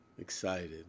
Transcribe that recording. excited